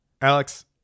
Alex